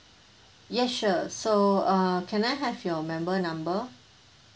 yes sure so err can I have your member number